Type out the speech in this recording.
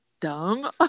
dumb